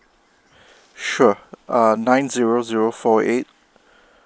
sure uh nine zero zero four eight